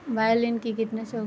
বায়োলিন কি কীটনাশক?